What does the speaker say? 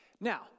Now